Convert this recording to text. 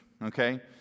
okay